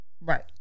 Right